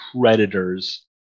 Predators